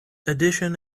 addition